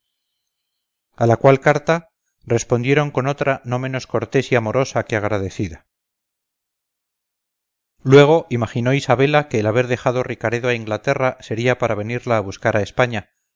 a la cual carta respondieron con otra no menos cortés y amorosa que agradecida luego imaginó isabela que el haber dejado ricaredo a inglaterra sería para venirla a buscar a españa